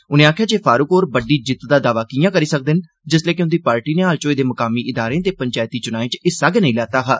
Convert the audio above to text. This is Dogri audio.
उनें आखेआ जे फारूक होर बड्डी जित्त दा दावा किआं करी सकदे न जिसलै के उंदी पार्टी नै हाल च होए दे मुकामी इदारें ते पंचैती चुनाएं च हिस्सा गै नेई लैता हा